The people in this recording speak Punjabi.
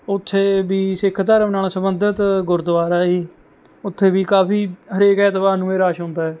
ਉੱਥੇ ਵੀ ਸਿੱਖ ਧਰਮ ਨਾਲ਼ ਸੰਬੰਧਿਤ ਗੁਰਦੁਆਰਾ ਹੈ ਉੱਥੇ ਵੀ ਕਾਫ਼ੀ ਹਰੇਕ ਐਤਵਾਰ ਨੂੰ ਹੀ ਰੱਸ਼ ਹੁੰਦਾ ਹੈ